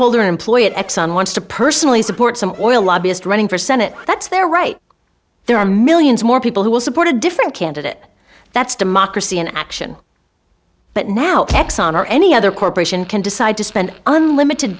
shareholder employee at exxon wants to personally support some oil lobbyist running for senate that's their right there are millions more people who will support a different candidate that's democracy in action but now exxon or any other corporation can decide to spend unlimited